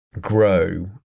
grow